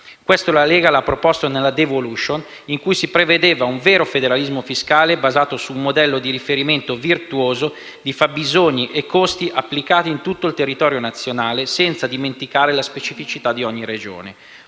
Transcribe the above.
Questo la Lega lo ha proposto nella *devolution*, in cui si prevedeva un vero federalismo fiscale basato su un modello di riferimento virtuoso di fabbisogni e costi applicato in tutto il territorio nazionale, senza dimenticare le specificità di ogni Regione.